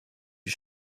you